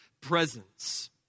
presence